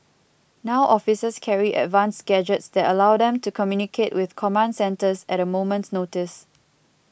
now officers carry advanced gadgets that allow them to communicate with command centres at a moment's notice